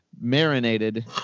marinated